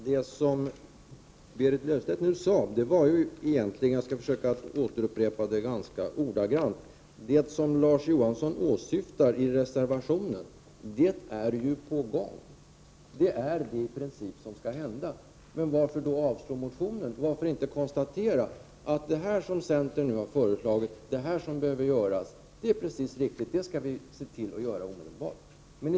Herr talman! Berit Löfstedt sade — jag skall försöka upprepa det någotsånär ordagrant: Det som Larz Johansson åsyftar i reservationerna är ju på gång. Det är alltså i princip det som skall hända. Men varför då avstyrka motionen? Varför inte konstatera att det som centern nu har föreslagit och som behöver göras är riktigt — det skall vi se till göra omedelbart?